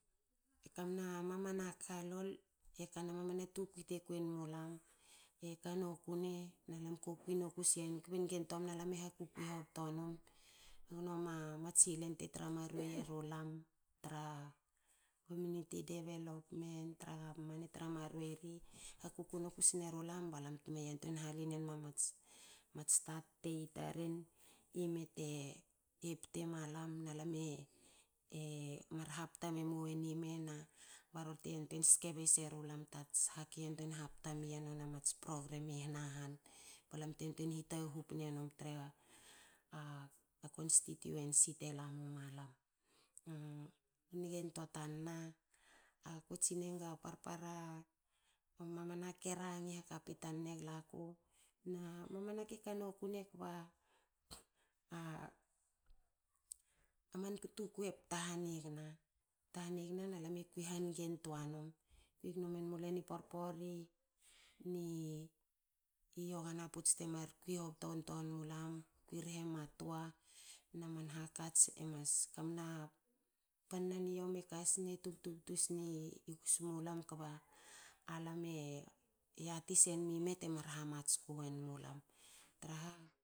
Kamna mamana ka lol tekanokune. mamana tukui te kawen mulam a kanoku ne na lam ko kui noku siyen kbe ngentoa mna alam eha kukui hovto num gnoma mats tsilen tetra maruei erulam tra community development tra government. E tra maruei ri, ha kuku nokus sne ru lam ba lam te yantuei haline ma mats tatte tarne nime te pte malam na lam e e mar hap ta memu wen i me ba rori te yanyuei skebei seru lam ats hake yantuei hap mi yen nona mats program i hna han ba lam te yantuei hi taghu pne num tra a a constituency te la muma lam. Ngen toa tan na akue tsin ne nga parpara, mamana ka rangin hakapine egla ku na mamana ka kanoku ne kba a a man tukui pta hanig na na lam e kui han ngen toanum, kui gno menmu len i porpori ni yogana puts te mar kui hobton toa mulam, kui rhe ma toa na man hakats emas kamna. Panna niomi e kasne tubtubtu sne i gusu mulam kba alame yati sen mi me temar hamats kawen mulam traha